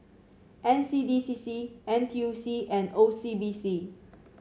N C D C C N T U C and O C B C